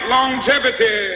Longevity